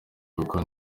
kuko